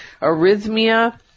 arrhythmia